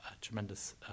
tremendous